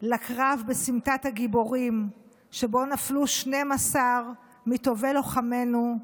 לקרב בסמטת הגיבורים שבו נפלו 12 מטובי לוחמנו,